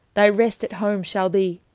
thy rest at home shall bee,